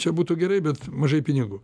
čia būtų gerai bet mažai pinigų